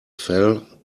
fell